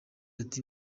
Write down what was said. ati